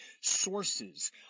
sources